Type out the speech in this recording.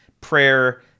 prayer